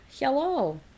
hello